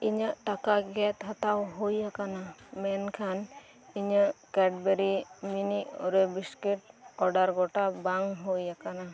ᱤᱧᱟᱹᱜ ᱴᱟᱠᱟ ᱜᱮᱫ ᱦᱟᱛᱟᱣ ᱦᱩᱭ ᱟᱠᱟᱱᱟ ᱢᱮᱱᱠᱷᱟᱱ ᱤᱧᱟᱹᱜ Cadbury mini Oreo biscuits order ᱜᱚᱴᱟ ᱵᱟᱝ ᱦᱩᱭ ᱟᱠᱟᱱᱟ